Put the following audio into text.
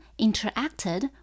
interacted